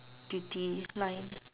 beauty client